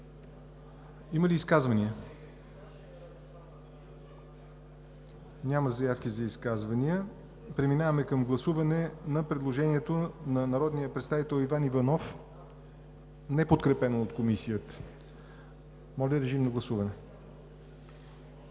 Има ли изказвания? Няма заявки за изказвания. Преминаваме към гласуване на предложението на народния представител Иван Иванов, неподкрепено от Комисията. Гласували